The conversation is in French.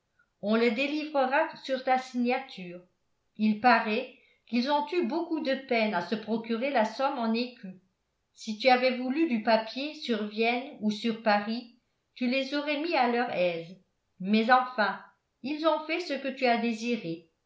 on le délivrera sur ta signature il paraît qu'ils ont eu beaucoup de peine à se procurer la somme en écus si tu avais voulu du papier sur vienne ou sur paris tu les aurais mis à leur aise mais enfin ils ont fait ce que tu as désiré